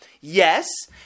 Yes